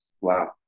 Wow